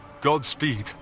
Godspeed